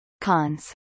cons